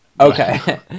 Okay